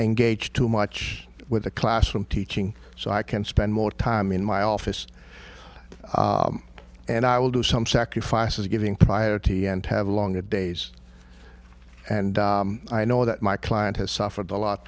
engaged too much with the classroom teaching so i can spend more time in my office and i will do some sacrifices giving priority and have longer days and i know that my client has suffered a lot